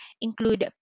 include